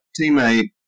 teammate